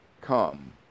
come